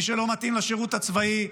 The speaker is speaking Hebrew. מי שלא מתאים לשירות הצבאי,